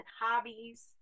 hobbies